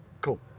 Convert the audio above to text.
cool